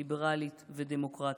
ליברלית ודמוקרטית.